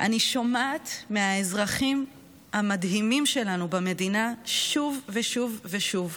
אני שומעת מהאזרחים המדהימים שלנו במדינה שוב ושוב ושוב: